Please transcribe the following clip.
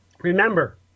Remember